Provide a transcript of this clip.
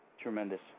Tremendous